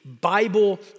Bible